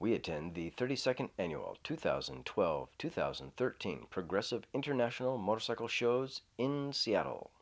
we attend the thirty second annual two thousand and twelve two thousand and thirteen progressive international motorcycle shows in seattle